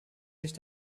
sich